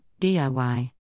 DIY